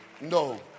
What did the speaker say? No